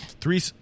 Three